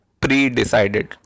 pre-decided